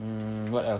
mm what else